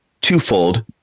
twofold